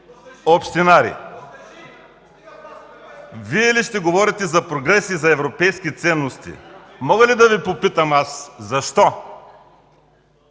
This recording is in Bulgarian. залата.) Вие ли ще говорите за прогрес и европейски ценности? Мога ли да Ви попитам аз: защо